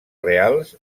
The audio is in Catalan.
reals